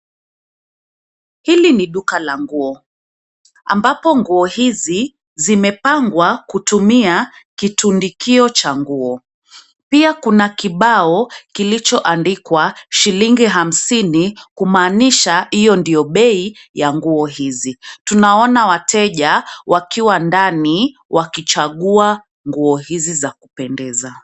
Hili ni duka la nguo, ambapo nguo hizi, zimepangwa kutumia kitundikio cha nguo, pia kuna kibao, kilichoandikwa shilingi hamsini kumaanisha hiyo ndiyo bei ya nguo hizi, tunaona wateja wakiwa ndani wakichagua nguo hizi za kupendeza.